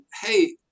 hey